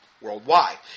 worldwide